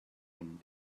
one